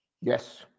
Yes